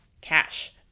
cash